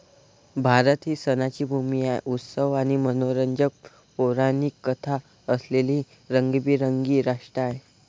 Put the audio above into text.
भारत ही सणांची भूमी आहे, उत्सव आणि मनोरंजक पौराणिक कथा असलेले रंगीबेरंगी राष्ट्र आहे